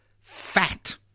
fat